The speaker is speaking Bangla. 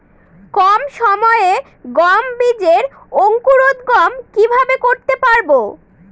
কম সময়ে গম বীজের অঙ্কুরোদগম কিভাবে করতে পারব?